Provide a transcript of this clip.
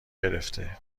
گرفته